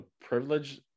privilege